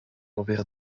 envers